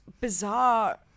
bizarre